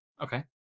Okay